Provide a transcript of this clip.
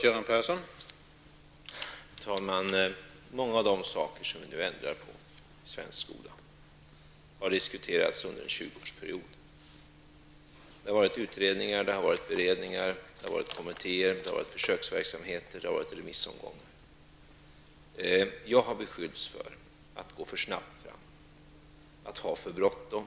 Herr talman! Många av de saker som vi nu ändrar på i den svenska skolan har diskuterats under en 20 årsperiod. Det har varit utredningar, beredningar, kommittéer, försöksverksamheter och remissomgångar. Jag har beskyllts för att gå för snabbt fram, att ha för bråttom.